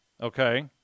Okay